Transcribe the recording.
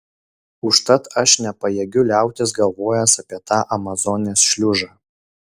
užtat aš nepajėgiu liautis galvojęs apie tą amazonės šliužą